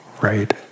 Right